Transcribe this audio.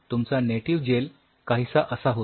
तुमचा नेटिव्ह जेल काहीसा असा होता